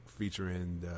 Featuring